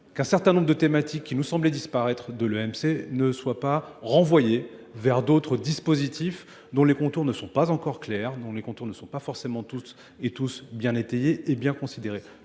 qu'un certain nombre de thématiques qui nous semblaient disparaître de l'EMC ne soient pas renvoyées vers d'autres dispositifs dont les contours ne sont pas encore clairs, dont les contours ne sont pas forcément tous et tous bien étayés et bien considérés.